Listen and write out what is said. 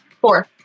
Four